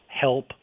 Help